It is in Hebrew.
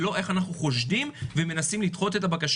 ולא איך אנחנו חושדים ומנסים לדחות את הבקשה